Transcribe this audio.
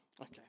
Okay